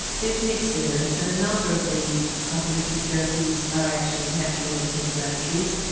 there's mixed evidence and a number of the complimentary therapies are actually naturally anti-inflammatories.